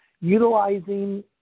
utilizing